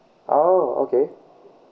oh okay